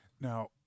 Now